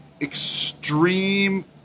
extreme